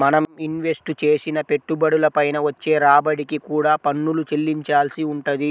మనం ఇన్వెస్ట్ చేసిన పెట్టుబడుల పైన వచ్చే రాబడికి కూడా పన్నులు చెల్లించాల్సి వుంటది